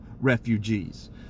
refugees